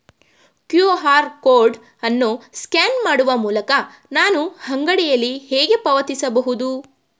QR code ಅನ್ನು scan ಮಾಡುವ ಮೂಲಕ ನಾನು ಅಂಗಡಿಯಲ್ಲಿ ಹೇಗೆ ಪಾವತಿಸಬಹುದು?